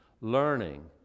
learning